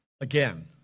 Again